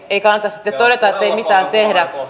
ei kannata sitten todeta ettei mitään tehdä